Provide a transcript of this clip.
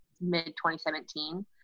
mid-2017